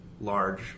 large